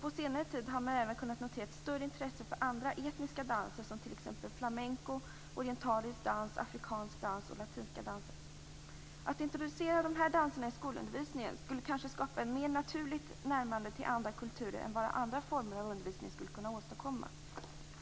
På senare tid har man även kunna notera ett större intresse för andra, etniska danser som t.ex. flamenco, orientalisk dans, afrikansk dans och latinska danser. Att introducera de här danserna i skolundervisningen skulle kanske skapa ett mer naturligt närmande till andra kulturer än vad andra former av undervisning skulle kunna åstadkomma.